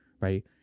right